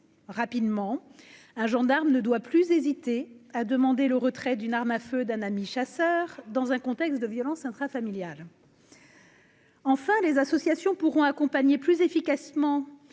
rapidement un gendarme ne doit plus hésiter à demander le retrait d'une arme à feu d'un ami chasseur dans un contexte de violences intra-familiales. Enfin, les associations pourront accompagner plus efficacement